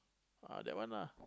ah that one lah